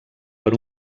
per